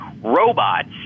robots